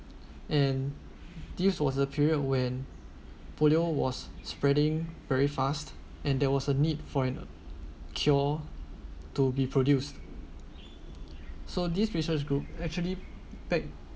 and this was the period when polio was spreading very fast and there was a need for an~ cure to be produced so this research group actually pack